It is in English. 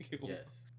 Yes